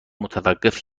متوقف